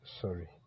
Sorry